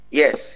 yes